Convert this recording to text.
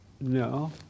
No